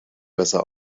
besser